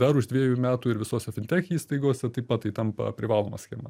dar už dviejų metų ir visose fintech įstaigose taip pat tai tampa privaloma schema